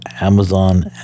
Amazon